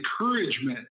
encouragement